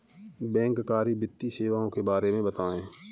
बैंककारी वित्तीय सेवाओं के बारे में बताएँ?